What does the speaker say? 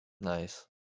Nice